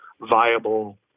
viable